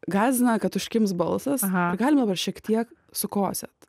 gąsdina kad užkims balsas aha galim dabar šiek tiek sukosėt